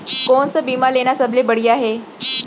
कोन स बीमा लेना सबले बढ़िया हे?